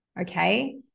okay